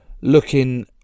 looking